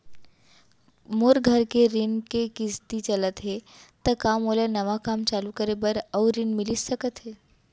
मोर घर के ऋण के किसती चलत हे ता का मोला नवा काम चालू करे बर अऊ ऋण मिलिस सकत हे?